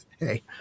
hey